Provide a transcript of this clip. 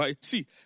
See